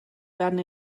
werden